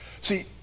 See